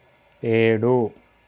ఏడు